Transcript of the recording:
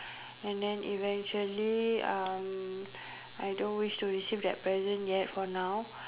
and then eventually uh I don't wish to receive that present yet for now